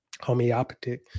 homeopathic